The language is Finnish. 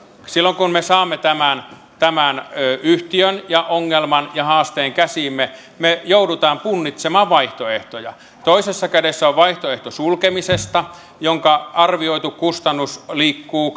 silloin kun me saamme tämän tämän yhtiön ja ongelman ja haasteen käsiimme me joudumme punnitsemaan vaihtoehtoja toisessa kädessä on vaihtoehto sulkemisesta jonka arvioitu kustannus liikkuu